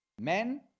Men